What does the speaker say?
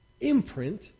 imprint